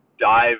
dive